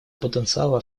потенциала